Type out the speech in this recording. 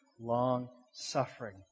long-suffering